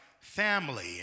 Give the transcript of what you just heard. family